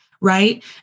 Right